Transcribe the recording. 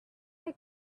your